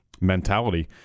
mentality